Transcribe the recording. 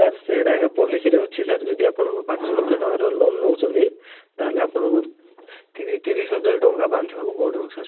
sir ସେଇଟା ଆଜ୍ଞା ପଲିସିରେ ଅଛି ସାର୍ ଯଦି ଆପଣ ପାଞ୍ଚ ଲକ୍ଷ ଟଙ୍କାର ଲୋନ ନେଉଛନ୍ତି ତାହେଲେ ଆପଣଙ୍କୁ ତିରିଶ ହଜାର ଟଙ୍କା ବାନ୍ଧିବାକୁ ପଡ଼ିବ ସାର୍